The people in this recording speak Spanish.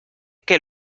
que